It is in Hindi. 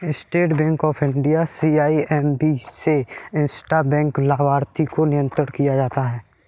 state Bank of India CIMB से इंट्रा बैंक लाभार्थी को नियंत्रण किया जाता है